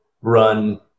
run